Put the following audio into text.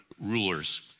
rulers